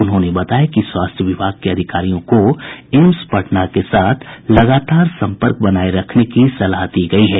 उन्होंने बताया कि स्वास्थ्य विभाग के अधिकारियों को एम्स पटना के साथ लगातार संपर्क बनाये रखने की सलाह दी गयी है